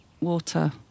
water